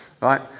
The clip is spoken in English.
right